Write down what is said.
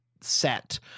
set